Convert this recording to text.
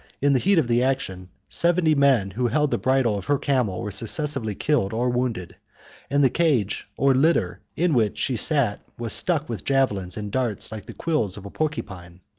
in the heat of the action, seventy men, who held the bridle of her camel, were successively killed or wounded and the cage or litter, in which she sat, was stuck with javelins and darts like the quills of a porcupine.